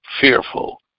fearful